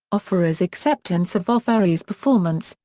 offeror's acceptance of offeree's performance,